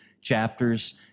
chapters